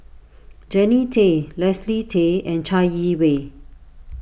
Jannie Tay Leslie Tay and Chai Yee Wei